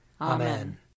Amen